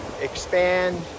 expand